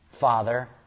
Father